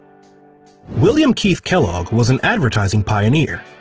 william keith kellogg was an advertising pioneer.